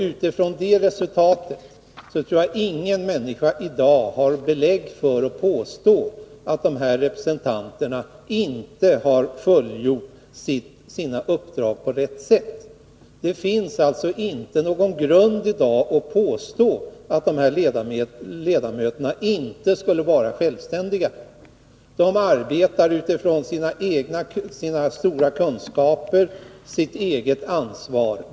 Utifrån det resultatet tror jag att ingen människa i dag har belägg för att påstå att de här representanterna inte har fullgjort sina uppdrag på rätt sätt. Det finns alltså inte någon grund i dag för att påstå att dessa ledamöter inte skulle vara självständiga. De arbetar utifrån sina egna stora kunskaper och sitt eget ansvar.